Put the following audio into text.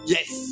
Yes